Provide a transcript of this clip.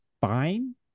fine